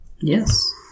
Yes